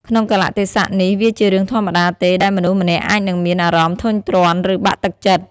ក្នុងកាលៈទេសៈនេះ វាជារឿងធម្មតាទេដែលមនុស្សម្នាក់អាចនឹងមានអារម្មណ៍ធុញទ្រាន់ ឬបាក់ទឹកចិត្ត។